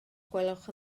gwelwch